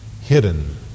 hidden